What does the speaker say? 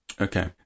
Okay